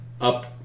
up